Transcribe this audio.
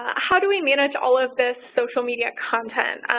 how do we manage all of this social media content?